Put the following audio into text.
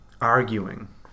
arguing